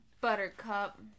Buttercup